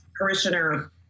parishioner